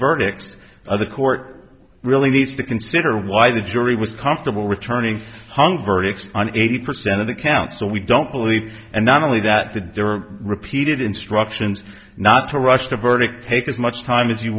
verdict of the court really needs to consider why the jury was comfortable returning hung verdicts on eighty percent of the council we don't believe and not only that the door repeated instructions not to rush the verdict take as much time as you